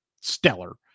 stellar